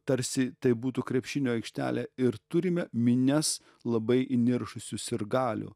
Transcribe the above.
tarsi tai būtų krepšinio aikštelė ir turime minias labai įniršusių sirgalių